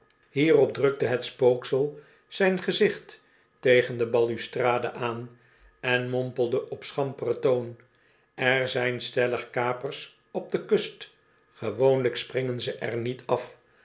hierop drukte het spooksel zijn gezicht tegen de ballustrade aan en mompelde op schamperen toon er zijn stellig kapers op de kust gewoonlijk springen ze er niet af